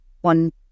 one